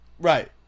Right